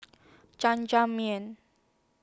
Jajangmyeon